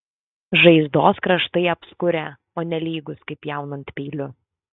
žaizdos kraštai apskurę o ne lygūs kaip pjaunant peiliu